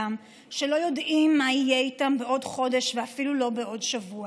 מה יהיה איתם בעוד חודש ואפילו לא בעוד שבוע.